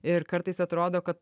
ir kartais atrodo kad